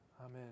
Amen